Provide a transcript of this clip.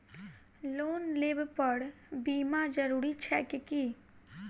Loan लेबऽ पर बीमा जरूरी छैक की?